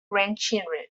grandchildren